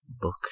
book